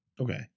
Okay